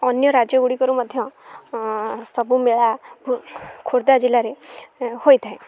ଅନ୍ୟ ରାଜ୍ୟଗୁଡ଼ିକରୁ ମଧ୍ୟ ସବୁ ମେଳା ଖୋର୍ଦ୍ଧା ଜିଲ୍ଲାରେ ହୋଇଥାଏ